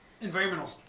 environmental